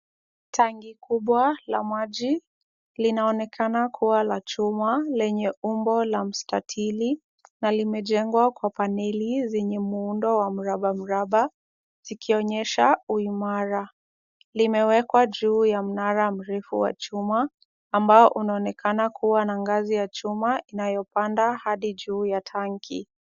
Tanki kubwa la maji linaonekana kuwa la chuma lenye umbo la mstatili na limejengwa kwa paneli zenye muundo wa mraba mraba zikionyesha uimara. Limewekwa juu ya mnara mrefu wa chuma ambao unaonekana kuwa na ngazi ya chuma inayopanda hadi juu ya tanki.